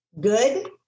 good